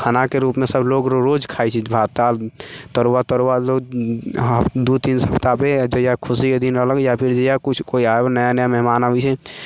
खानाके रूपमे सभ लोग रोज खाइ छै भात दालि तरुआ तरुआ लोग हाँ दू तीन सप्ताहपर जहिया खुशीके दिन रहलक या फेर जहिया कुछ कोइ आबै नया नया मेहमान आबै छै